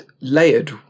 layered